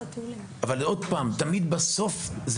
אבל בסוף,